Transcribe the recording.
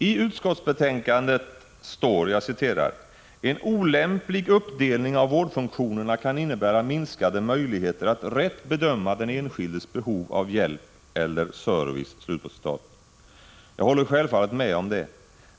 I utskottsbetänkandet står: ”En olämplig uppdelning av vårdfunktionerna kan innebära minskade möjligheter att rätt bedöma den enskildes behov av hjälp eller service.” Jag håller självfallet med om det.